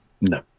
No